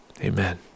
Amen